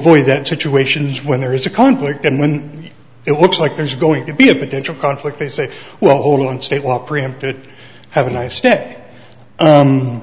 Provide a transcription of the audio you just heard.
avoid that situations when there is a conflict and when it looks like there's going to be a potential conflict they say well hold on state while preempted have a nice set in